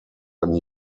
ein